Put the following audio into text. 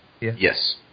Yes